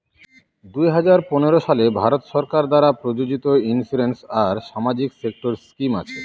দুই হাজার পনেরো সালে ভারত সরকার দ্বারা প্রযোজিত ইন্সুরেন্স আর সামাজিক সেক্টর স্কিম আছে